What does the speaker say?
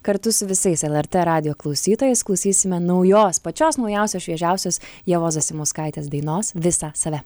kartu su visais lrt radijo klausytojais klausysime naujos pačios naujausios šviežiausios ievos zasimauskaitės dainos visą save